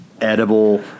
edible